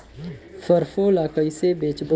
सरसो ला कइसे बेचबो?